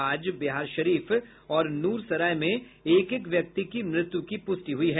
आज बिहारशरीफ और नूरसराय में एक एक व्यक्ति की मृत्यु की पुष्टि हुई है